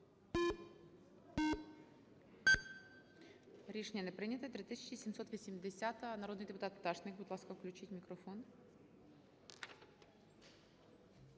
Рішення не прийнято. 3780-а. Народний депутат Пташник. Будь ласка, включіть мікрофон.